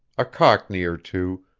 a cockney or two,